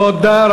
תודה.